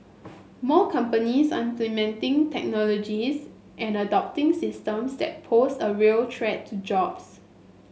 more companies technologies and adopting systems that pose a real threat to jobs